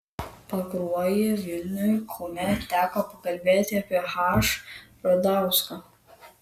pakruojy vilniuj kaune teko pakalbėti apie h radauską